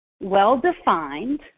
well-defined